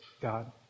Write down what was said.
God